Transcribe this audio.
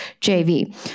JV